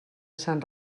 sant